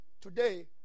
Today